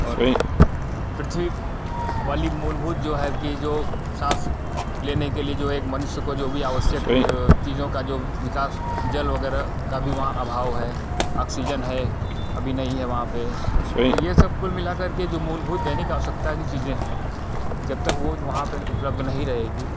और पृथ्वी वाली मूलभुत जो है कि है जो सांस लेने के लिए जो एक मनुष्य को जो भी आवश्यक चीज़ों का जो विकास जल वगैरह का भी वहाँ अभाव है ऑक्सीजन है अभी नहीं है वहाँ पे तो ये सब कुल मिला करके जो मूलभूत दैनिक आवश्यकता की चीज़ें हैं जब तक वो वहाँ पे उपलब्ध नहीं रहेंगी